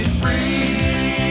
free